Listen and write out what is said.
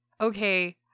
Okay